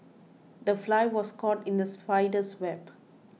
the fly was caught in the spider's web